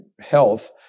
health